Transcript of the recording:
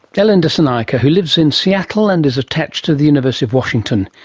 ellen dissanayake who lives in seattle and is attached to the university of washington.